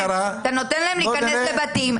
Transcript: אתה נותן להם להיכנס לבתים.